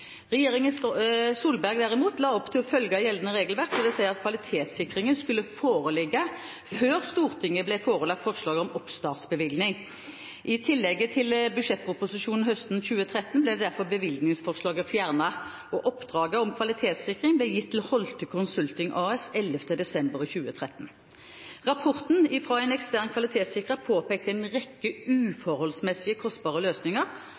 Regjeringen Solberg la derimot opp til å følge gjeldende regelverk, dvs. at kvalitetssikringen skulle foreligge før Stortinget ble forelagt forslag om oppstartsbevilgning. I tillegget til budsjettproposisjonen høsten 2013 ble derfor dette bevilgningsforslaget fjernet. Oppdraget om kvalitetssikring ble gitt til Holte Consulting AS 11. desember 2013. Rapporten fra ekstern kvalitetssikrer påpekte en rekke uforholdsmessig kostbare løsninger